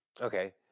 Okay